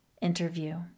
interview